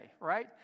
right